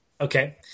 Okay